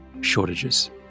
shortages